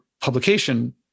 publication